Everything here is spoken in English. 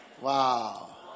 Wow